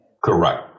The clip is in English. Correct